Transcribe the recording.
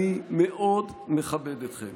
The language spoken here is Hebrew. אני מאוד מכבד אתכם.